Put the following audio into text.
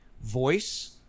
voice